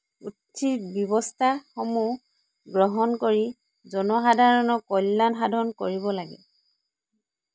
উচিত ব্যৱস্থাসমূহ গ্ৰহণ কৰি জনসাধাৰণৰ কল্যাণ সাধন কৰিব লাগে